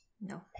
No